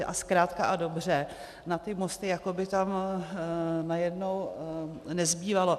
A zkrátka a dobře na ty mosty jako by tam najednou nezbývalo.